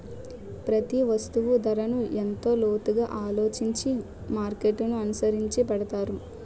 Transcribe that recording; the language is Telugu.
ప్రతి వస్తువు ధరను ఎంతో లోతుగా ఆలోచించి మార్కెట్ననుసరించి పెడతారు